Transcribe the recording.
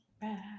bad